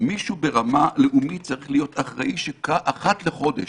מישהו ברמה לאומית צריך להיות אחראי לכך שאחת לחודש